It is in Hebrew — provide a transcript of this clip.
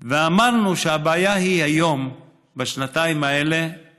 שהבעיה היום בשנתיים האלה היא